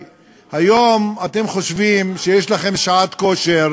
היום אתם חושבים שיש לכם שעת כושר